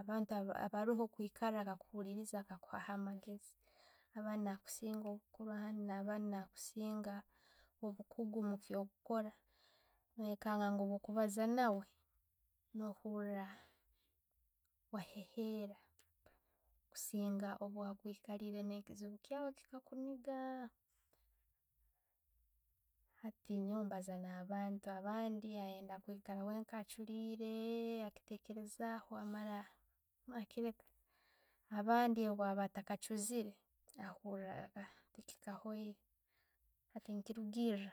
abantu aba abantu abaroho kwikaara bankakuhuluriiza, bakahuha amageezi. Abandi ne'bakusinga obukuuru, abandi nakusiinga obukugu mukyakukora. No'ikanga ngu bwokubaaza naawe, no'huura waheheera kusinga abwokwikaliire ne'kiziibu kwaawe chikakuniiga hati nyoowe mbaaza na'abantu abandi oli nayenda kwiikara wenka achuleire akichitekerezaho amaara akilleka. Abandi oba attakachuziire ahuura chitakahoire, hati nechurugiira.